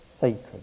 sacred